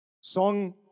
Song